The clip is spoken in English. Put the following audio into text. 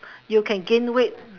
you can gain weight